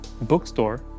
bookstore